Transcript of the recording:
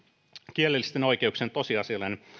kielellisten oikeuksien tosiasiallinen